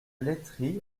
laiterie